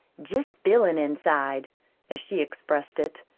jest b'ilin' inside as she expressed it,